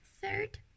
third